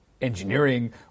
engineering